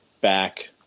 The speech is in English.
back